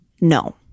No